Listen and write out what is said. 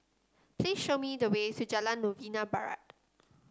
please show me the way to Jalan Novena Barat